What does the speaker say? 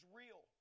real